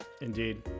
Indeed